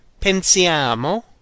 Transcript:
pensiamo